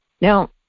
Now